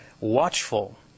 watchful